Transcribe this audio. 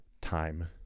time